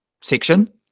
section